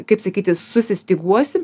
kaip sakyti susistyguosi